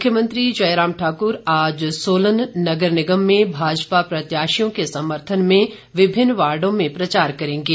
मुख्यमंत्री जयराम ठाक्र आज सोलन नगर निगम में भाजपा प्रत्याशियों के समर्थन में विभिन्न वार्डो में प्रचार करेंगे